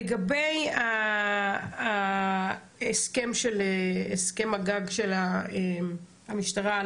לגבי הסכם הגג של המשטרה.